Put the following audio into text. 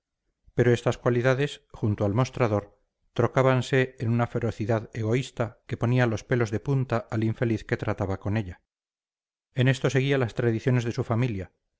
pero estas cualidades junto al mostrador trocábanse en una ferocidad egoísta que ponía los pelos de punta al infeliz que trataba con ella en esto seguía las tradiciones de su familia